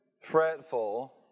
Fretful